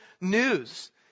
news